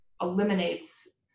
eliminates